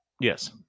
Yes